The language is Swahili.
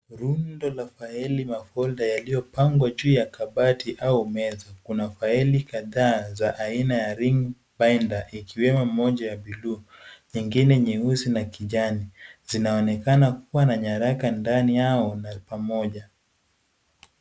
Rundo la faili mofolder yaliopangwa juu ya kabati au meza, kuna faili kadhaa za aina ya ring binder, ikiwemo moja ya buluu, nyingine nyeusi na kijani, zinaonekana kuwa na nyaraka ndani yao na pamoja.